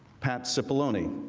pat cipollone